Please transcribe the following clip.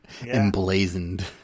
Emblazoned